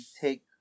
take